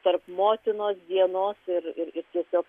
tarp motinos dienos ir ir tiesiog